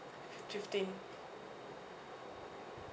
fifteen